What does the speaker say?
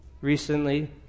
Recently